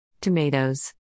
Tomatoes